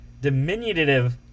Diminutive